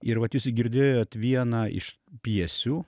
ir vat jūs ir girdėjot vieną iš pjesių